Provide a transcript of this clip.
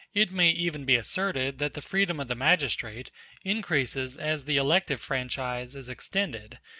it may even be asserted that the freedom of the magistrate increases as the elective franchise is extended,